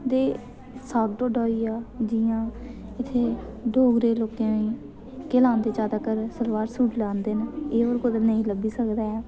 ते साग ढोड्डा होई गेआ जि'यां कि डोगरे लोकें केह् लांदे जैदातर सलवार सूट लांदे न एह् होर कुतै नेईं लब्भी सकदा ऐ